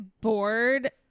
bored